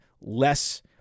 less